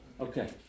okay